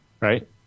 Right